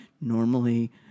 Normally